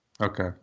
Okay